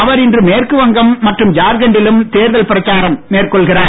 அவர் இன்று மேற்கு வங்கம் மற்றும் ஜார்கண்டிலும் தேர்தல் பிரச்சாரம் மேற்கொள்கிறார்